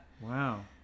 wow